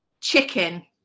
chicken